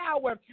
power